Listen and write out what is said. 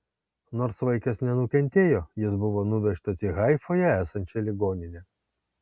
nors vaikas nenukentėjo jis buvo nuvežtas į haifoje esančią ligoninę